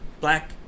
black